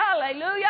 Hallelujah